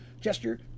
gesture